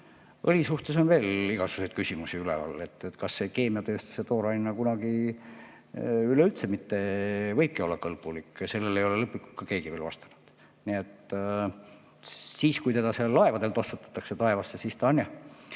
Õli suhtes on veel igasuguseid küsimusi üleval. Kas see keemiatööstuse toorainena kunagi üleüldse võib olla kõlbulik, sellele ei ole lõplikult ka keegi veel vastanud. Nii et siis, kui teda seal laevadel tossutatakse taevasse, siis ta jah